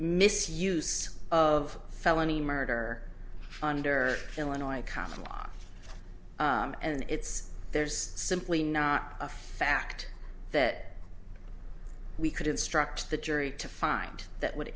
misuse of felony murder under illinois common law and it's there's simply not a fact that we could instruct the jury to find that would